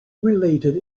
related